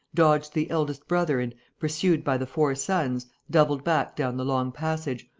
dodged the eldest brother and, pursued by the four sons, doubled back down the long passage,